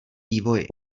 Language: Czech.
vývoji